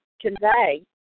convey